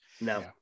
No